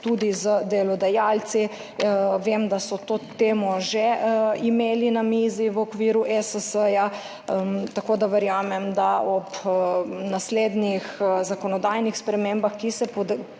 tudi z delodajalci. Vem, da so to temo že imeli na mizi v okviru ESS, tako da verjamem, da ob naslednjih zakonodajnih spremembah, ki se pripravljajo,